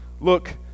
Look